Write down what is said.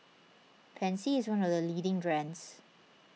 Pansy is one of the leading brands